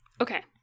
Okay